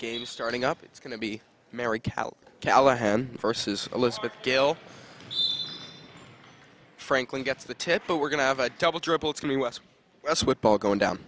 games starting up it's going to be married out callahan versus elizabeth gill franklin gets the tip but we're going to have a double triple that's what ball going down